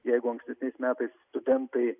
jeigu ankstesniais metais studentai